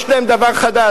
יש להם דבר חדש,